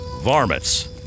Varmints